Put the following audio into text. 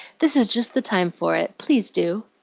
this is just the time for it please do.